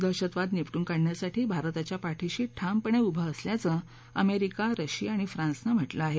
दहशतवाद निपटून काढण्यासाठी भारताच्या पाठीशी ठामपणे उभं असल्याचं अमेरिका रशिया आणि फ्रान्सनं म्हटलं आहे